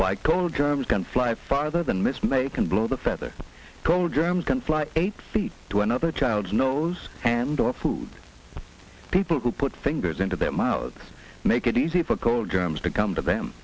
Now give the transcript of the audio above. why cold germs can fly farther than mismated can blow the feather cone germs can fly eight feet to another child's nose and or food people who put fingers into their mouths make it easy for cold germs to come to them